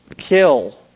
Kill